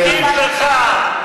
הידידים שלך,